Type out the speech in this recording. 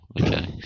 Okay